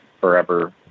forever